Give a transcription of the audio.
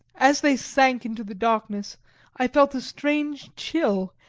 as they sank into the darkness i felt a strange chill,